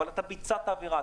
אבל ביצעת עבירה,